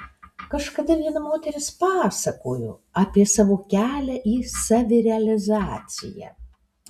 kažkada viena moteris pasakojo apie savo kelią į savirealizaciją